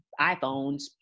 iPhones